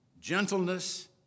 gentleness